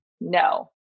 No